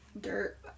dirt